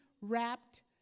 wrapped